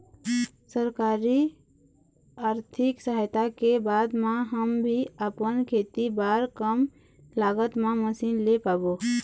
सरकारी आरथिक सहायता के बाद मा हम भी आपमन खेती बार कम लागत मा मशीन ले पाबो?